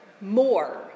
more